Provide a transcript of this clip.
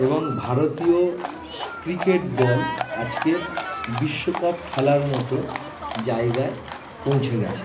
এবং ভারতীয় ক্রিকেট দল আজকের বিশ্বকাপ খেলার মতো জায়গায় পৌঁছে গেছে